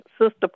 Sister